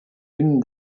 une